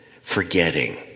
forgetting